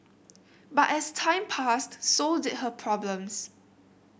but as time passed so did her problems